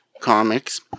Comics